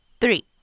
three